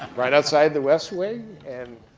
right outside the west wing? and